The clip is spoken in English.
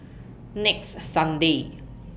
next Sunday